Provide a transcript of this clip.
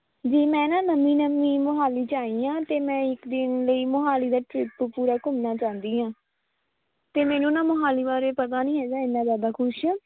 ਜੀ ਮੈਂ ਨਾ ਨਵੀਂ ਨਵੀਂ ਮੋਹਾਲੀ 'ਚ ਆਈ ਹਾਂ ਅਤੇ ਮੈਂ ਇੱਕ ਦਿਨ ਲਈ ਮੋਹਾਲੀ ਦਾ ਟ੍ਰਿਪ ਪੂਰਾ ਘੁੰਮਣਾ ਚਾਹੁੰਦੀ ਹਾਂ ਅਤੇ ਮੈਨੂੰ ਨਾ ਮੋਹਾਲੀ ਬਾਰੇ ਪਤਾ ਨਹੀਂ ਹੈਗਾ ਇੰਨਾ ਜ਼ਿਆਦਾ ਕੁਛ